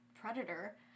predator